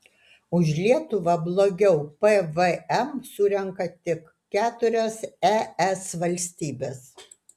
už lietuvą blogiau pvm surenka tik keturios es valstybės